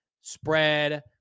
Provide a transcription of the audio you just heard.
spread